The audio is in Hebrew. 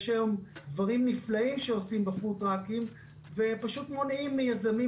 יש היום דברים נפלאים שעושים בפוד-טראקים ופשוט מונעים מיזמים